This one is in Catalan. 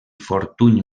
fortuny